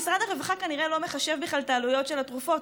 משרד הרווחה כנראה לא מחשב בכלל את העלויות של התרופות,